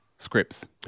Scripts